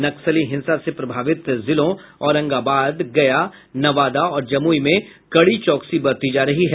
नक्सल हिंसा से प्रभावित जिलों औरंगाबाद गया नवादा और जमुई में कड़ी चौकसी बरती जा रही है